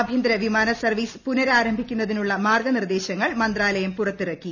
ആഭ്യന്തര വിമാന സർവ്വീസ് പൂനരാരംഭിക്കുന്നതിനുള്ള മാർഗനിർദ്ദേശങ്ങൾ മന്ത്രാലയം പുറത്തിറക്കി